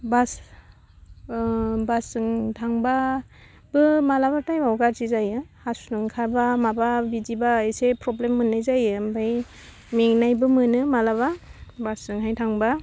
बास बासजों थांबाबो मालाबा टाइमाव गाज्रि जायो हासुनो ओंखारबा माबा बिदिबा एसे फ्रब्लेम मोन्नाय जायो ओमफाय मेंनायबो मोनो मालाबा बासजोंहाय थांबा